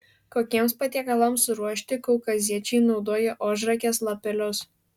kokiems patiekalams ruošti kaukaziečiai naudoja ožragės lapelius